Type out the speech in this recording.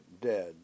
dead